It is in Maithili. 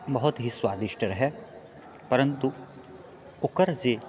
बहुत ही स्वादिष्ट रहए परन्तु ओकर जे